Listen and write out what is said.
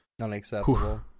Unacceptable